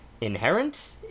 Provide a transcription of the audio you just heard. inherent